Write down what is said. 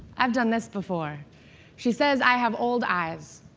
i've done this before she says i have old eyes.